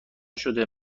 شده